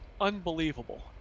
unbelievable